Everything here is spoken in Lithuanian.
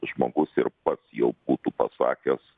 žmogus ir pats jau būtų pasakęs